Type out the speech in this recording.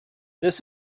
this